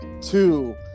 Two